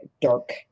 dark